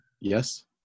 yes